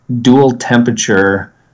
dual-temperature